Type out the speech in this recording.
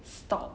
stop